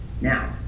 now